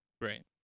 Right